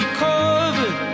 covered